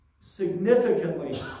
significantly